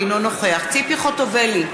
אינו נוכח ציפי חוטובלי,